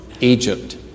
Egypt